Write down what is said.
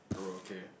oh okay